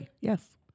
Yes